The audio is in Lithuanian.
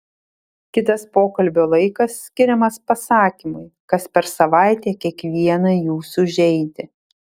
kitas pokalbio laikas skiriamas pasakymui kas per savaitę kiekvieną jūsų žeidė